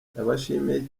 ndabashimiye